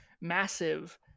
massive